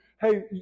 Hey